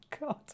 God